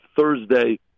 Thursday